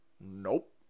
Nope